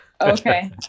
Okay